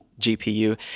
GPU